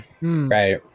right